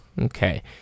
Okay